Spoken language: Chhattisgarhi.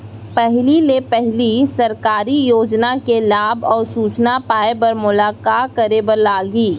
पहिले ले पहिली सरकारी योजना के लाभ अऊ सूचना पाए बर मोला का करे बर लागही?